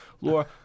Laura